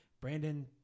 Brandon